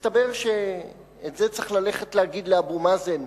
הסתבר שאת זה צריך ללכת להגיד לאבו מאזן.